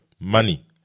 money